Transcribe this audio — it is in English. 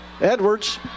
Edwards